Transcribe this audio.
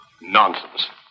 Nonsense